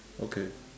okay